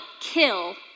kill